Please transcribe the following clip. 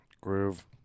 groove